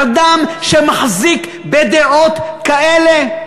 אדם שמחזיק בדעות כאלה,